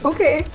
Okay